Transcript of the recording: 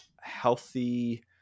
healthy